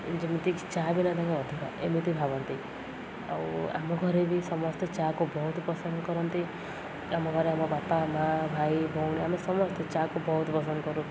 ଯେମିତିକି ଚା ବିନା ତାଙ୍କ ଅଧୁରା ଏମିତି ଭାବନ୍ତି ଆଉ ଆମ ଘରେ ବି ସମସ୍ତେ ଚା କୁ ବହୁତ ପସନ୍ଦ କରନ୍ତି ଆମ ଘରେ ଆମ ବାପା ମାଆ ଭାଇ ଭଉଣୀ ଆମେ ସମସ୍ତେ ଚା କୁ ବହୁତ ପସନ୍ଦ କରୁ